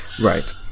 Right